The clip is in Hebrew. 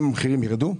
המחירים ירדו?